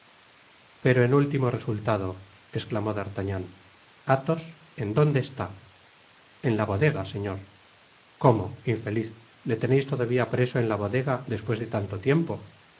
pero en último resultado esclamó d'artagnan athos en donde está í en la bodega señor cómo infeliz le teneis todavia preso en la bodega despues de tanto tiempo